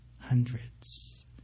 Hundreds